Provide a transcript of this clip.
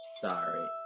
Sorry